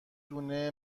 دونه